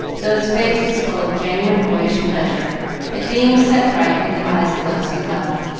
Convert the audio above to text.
though his face was full of genuine boyish pleasure at being set right in the eyes of those he loved.